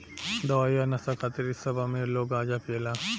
दवाई आ नशा खातिर इ सब अमीर लोग गांजा पियेला